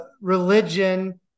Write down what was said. religion